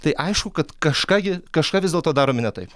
tai aišku kad kažką ji kažką vis dėlto darome ne taip